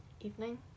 Evening